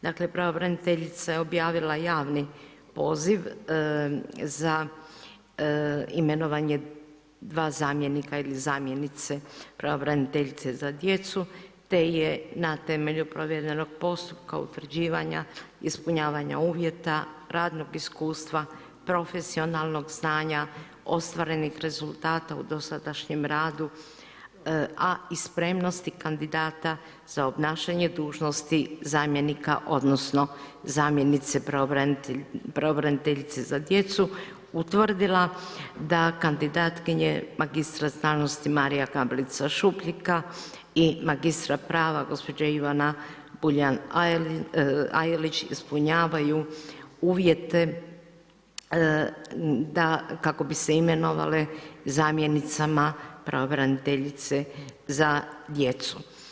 Dakle pravobraniteljica je objavila javni poziv za imenovanje dva zamjenika ili zamjenice pravobraniteljice za djecu te je na temelju provjerenog postupka utvrđivanja, ispunjavanja uvjeta, radnog iskustva, profesionalnog znanja, ostvarenih rezultata u dosadašnjem radu, a i spremnosti kandidata za obnašanje dužnosti zamjenika, odnosno zamjenice pravobraniteljice za djecu utvrdila da kandidatkinje magistra znanosti Marija Gabelica Šupljika i magistra prava gospođa Ivana Buljan Ajelić ispunjavaju uvjete kako bi se imenovale zamjenicama pravobraniteljice za djecu.